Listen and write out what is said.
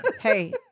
Hey